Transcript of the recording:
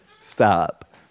stop